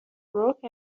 بروک